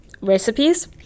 recipes